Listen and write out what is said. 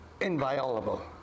inviolable